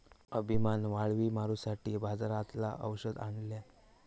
अमिशान वाळवी मारूसाठी बाजारातना औषध आणल्यान